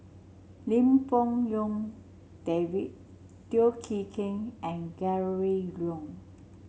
Lim Fong Jock David Teo Chee Hean and Gregory Yong